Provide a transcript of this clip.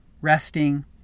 resting